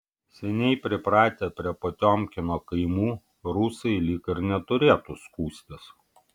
seniai pripratę prie potiomkino kaimų rusai lyg ir neturėtų skųstis